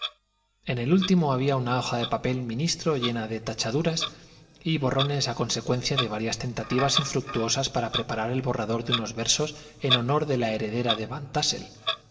en el último había una hoja de papel ministro llena de tachaduras y borrones a consecuencia de varias tentativas infructuosas para preparar el borrador de unos versos en honor de la heredera de